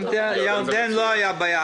בירדן לא היתה בעיה.